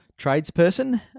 tradesperson